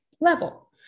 Level